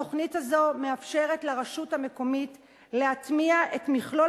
התוכנית הזאת מאפשרת לרשות המקומית להטמיע את מכלול